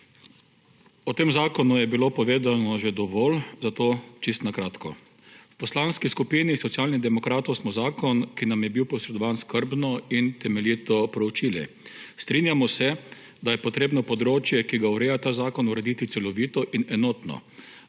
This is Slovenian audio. O tem zakonu je bilo povedano že dovolj, zato čisto na kratko. V Poslanski skupini Socialnih demokratov smo zakon, ki nam je bil posredovan, skrbno in temeljito preučili. Strinjamo se, da je treba področje, ki ga ureja ta zakon, urediti celovito in enotno,